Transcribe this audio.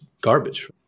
garbage